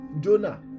Jonah